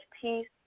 peace